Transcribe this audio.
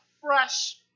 fresh